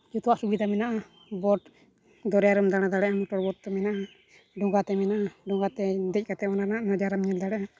ᱡᱚᱛᱚᱣᱟᱜ ᱥᱩᱵᱤᱫᱷᱟ ᱢᱮᱱᱟᱜᱼᱟ ᱫᱚᱨᱭᱟᱨᱮᱢ ᱫᱟᱬᱟ ᱫᱟᱲᱮᱭᱟᱜᱼᱟ ᱠᱚ ᱢᱮᱱᱟᱜᱼᱟ ᱰᱚᱸᱜᱟᱛᱮ ᱢᱮᱱᱟᱜᱼᱟ ᱰᱚᱸᱜᱟᱛᱮ ᱫᱮᱡ ᱠᱟᱛᱮᱫ ᱚᱱᱟ ᱨᱮᱱᱟᱜ ᱵᱟᱡᱟᱨᱮᱢ ᱧᱮᱞ ᱫᱟᱲᱮᱭᱟᱜᱼᱟ